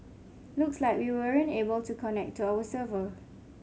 looks like we weren't able to connect to our server